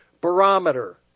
barometer